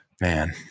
Man